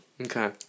Okay